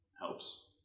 helps